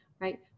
right